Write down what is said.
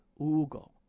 Ugo